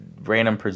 random